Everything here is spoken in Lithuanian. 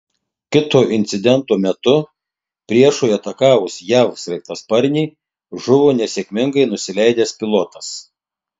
kito incidento metu priešui atakavus jav sraigtasparnį žuvo nesėkmingai nusileidęs pilotas